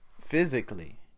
physically